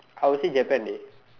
I'll say Japan dey